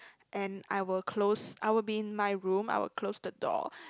and I will close I'll be in my room I will close the door